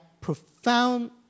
profound